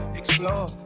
explore